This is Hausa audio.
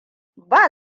ba